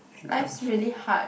life's really hard